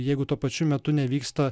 jeigu tuo pačiu metu nevyksta